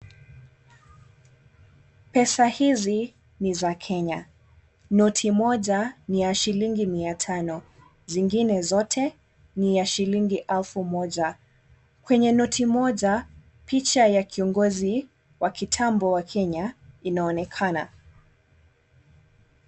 Pesa hizi, ni za Kenya. Noti moja, ni ya shilingi mia tano. Zingine zote, ni ya shilingi elfu moja. Kwenye noti moja, picha ya kiongozi wa kitambo wa Kenya inaonekana.